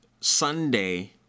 Sunday